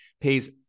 pays